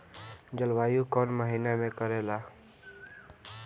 जलवायु कौन महीना में करेला?